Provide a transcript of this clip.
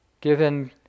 Given